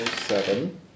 seven